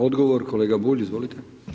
Odgovor kolega Bulj, izvolite.